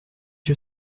you